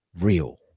real